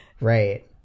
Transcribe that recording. right